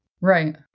Right